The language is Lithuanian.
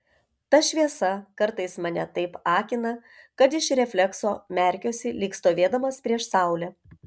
ta šviesa kartais mane taip akina kad iš reflekso merkiuosi lyg stovėdamas prieš saulę